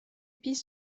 pistes